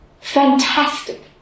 fantastic